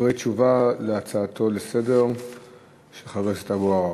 דברי תשובה על הצעתו לסדר-היום של חבר הכנסת אבו עראר.